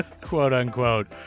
Quote-unquote